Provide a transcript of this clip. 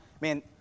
man